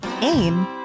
aim